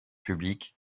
publique